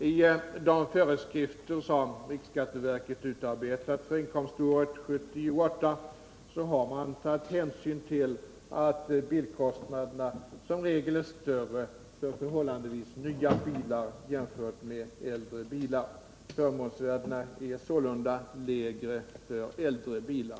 I de föreskrifter som riksskatteverket utarbetat för inkomståret 1978 har man tagit hänsyn till att bilkostnaderna som regel är större för förhållandevis nya bilar jämfört med äldre bilar. Förmånsvärdena är sålunda lägre för äldre bilar.